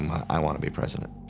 um i i want to be president.